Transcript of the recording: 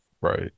Right